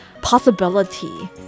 possibility